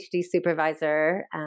supervisor